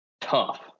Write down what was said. tough